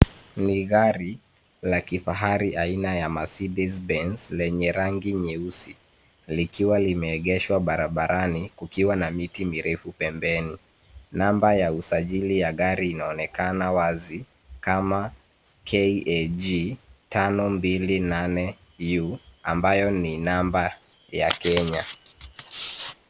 Ni gari la kifahari aina ya Macedes Benz lenye rangi nyeusi likiwa limeengeshwa barabarani kukiwa na miti mirefu pembeni. Number ya usajili ya gari inaonekana wazi kama KAG 528U ambayo ni number ya Kenya.